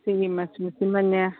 ꯁꯤꯒꯤ ꯃꯆꯨꯁꯤꯃꯅꯦ